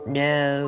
no